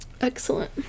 Excellent